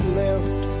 left